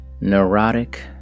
Neurotic